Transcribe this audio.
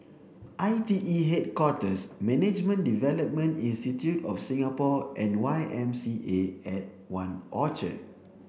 I T E Headquarters Management Development institute of Singapore and Y M C A at One Orchard